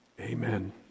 Amen